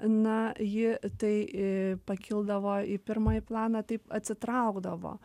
na ji tai a pakildavo į pirmąjį planą tai atsitraukdavo